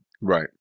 Right